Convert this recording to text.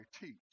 teach